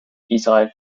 israel